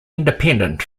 independent